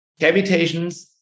Cavitations